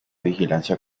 vigilancia